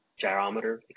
gyrometer